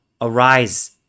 arise